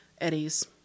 Eddie's